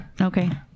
Okay